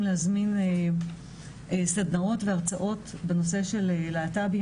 להזמין סדנאות והרצאות בנושא של להט"בים.